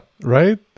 right